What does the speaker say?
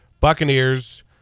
Buccaneers